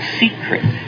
secret